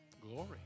Glory